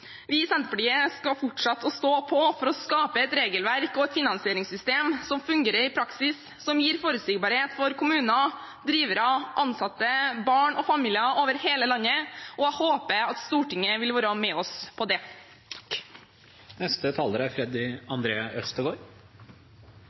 Vi i Senterpartiet skal fortsette å stå på for å skape et regelverk og et finansieringssystem som fungerer i praksis, og som gir forutsigbarhet for kommuner, drivere, ansatte, barn og familier over hele landet. Jeg håper at Stortinget vil være med oss på det.